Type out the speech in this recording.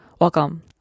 welcome